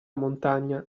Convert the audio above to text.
montagna